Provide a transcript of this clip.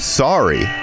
sorry